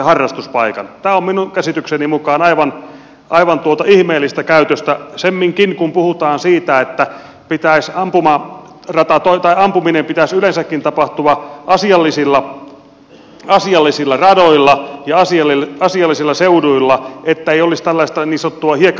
tämä on minun käsitykseni mukaan aivan ihmeellistä käytöstä semminkin kun puhutaan siitä että ampumisen pitäisi yleensäkin tapahtua asiallisilla radoilla ja asiallisilla seuduilla että ei olisi tällaista niin sanottua hiekkakuopparäiskimistä